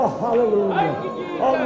hallelujah